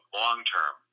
long-term